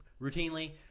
routinely